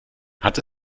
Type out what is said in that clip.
hat